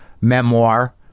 memoir